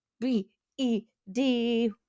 B-E-D